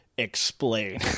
Explain